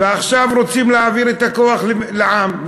ועכשיו רוצים להעביר את הכוח לעם,